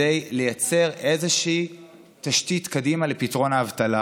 כדי לייצר איזושהי תשתית קדימה לפתרון האבטלה: